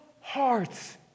hearts